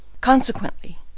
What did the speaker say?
Consequently